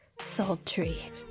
sultry